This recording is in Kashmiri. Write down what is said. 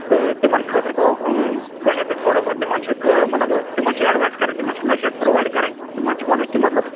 تہٕ تِمَن خٲطرٕ گوٚو گۅڈنیٚتھٕے تھوڑا بہُت تِمَن چھِ مَطلَب ایٚڈوایِس کَرٕنۍ تِمَن چھِ نصیحت پُرٛوایِڈ کَرٕنۍ تِمَن چھِ وَنُن کہِ مَطلَب